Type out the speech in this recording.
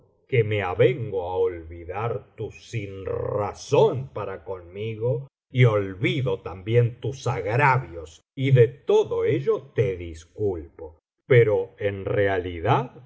que me avengo á olvidar tu sinrazón para conmigo y olvido también tus agravios y de todo ello te disculpo pero en realidad